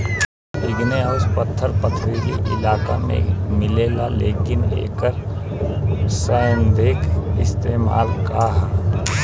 Igneous पत्थर पथरीली इलाका में मिलेला लेकिन एकर सैद्धांतिक इस्तेमाल का ह?